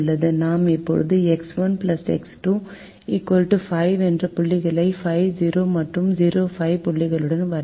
நாம் இப்போது x 1 x 2 5 என்ற புள்ளிகளை 5 0 மற்றும் 0 5 புள்ளிகளுடன் வரையலாம்